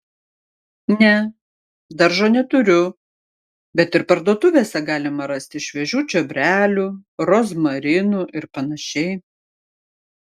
ne daržo neturiu bet ir parduotuvėse galima rasti šviežių čiobrelių rozmarinų ir panašiai